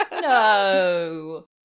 No